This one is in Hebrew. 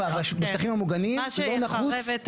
סון הר מלך (עוצמה יהודית): מה ש --- לכם את זה,